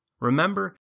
Remember